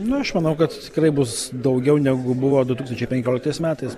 na aš manau kad tikrai bus daugiau negu buvo du tūkstančiai penkioliktais metais